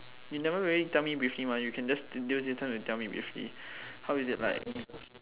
you never really tell me briefly mah you can just use this time and tell me briefly how is it like